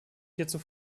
hierzu